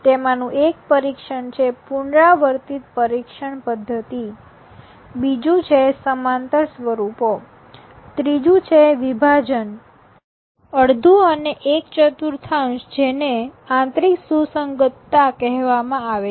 તેમાંનું એક પરીક્ષણ છે પુનરાવર્તિત પરીક્ષણ પધ્ધતિ બીજું છે સમાંતર સ્વરૂપો ત્રીજું છે વિભાજન અડધું અને એક ચતુર્થાંશ જેને આંતરિક સુસંગતતા કહેવામાં આવે છે